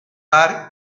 bar